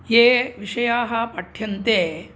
ये विषयाःपाठ्यन्ते